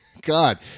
God